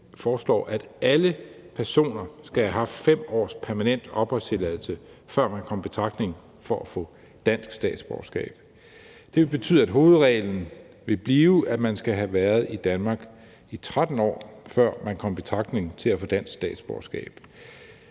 at alle personer skal have haft 5 års permanent opholdstilladelse, før man kan komme i betragtning til at få dansk statsborgerskab. Det vil betyde, at hovedreglen vil blive, at man skal have været i Danmark i 13 år, før man kan komme i betragtning til at få dansk statsborgerskab.